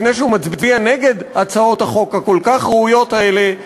לפני שהוא מצביע נגד הצעות החוק הכל-כך ראויות האלה,